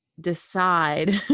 decide